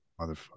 Motherfucker